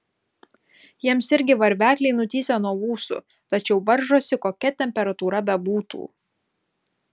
jiems irgi varvekliai nutįsę nuo ūsų tačiau varžosi kokia temperatūra bebūtų